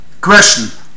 question